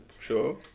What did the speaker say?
sure